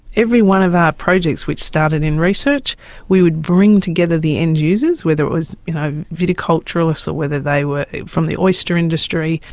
every one of our projects which started in research we would bring together the end users, whether it was you know viticulturists or whether they were from the oyster industry,